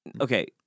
Okay